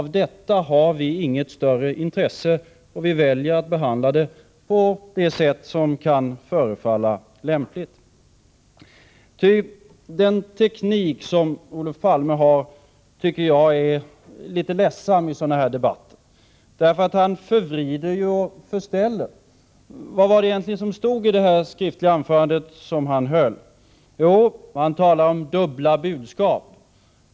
Av detta har vi inget större intresse, och vi väljer att behandla detta på det sätt som kan förefalla lämpligt. Ty den teknik som Olof Palme har i sådana här debatter är litet ledsam, tycker jag. Han förvrider och förställer. Vad var det egentligen det stod i det skriftliga anförande han höll? Han talade om dubbla budskap.